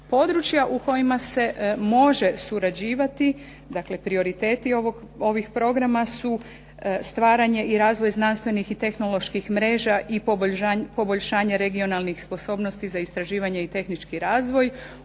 Područja u kojima se može surađivati dakle, prioriteti ovih programa su stvaranje i razvoj znanstvenih i tehnoloških mreža i poboljšanje regionalnih sposobnosti za istraživanje i tehnički razvoj,